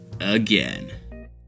again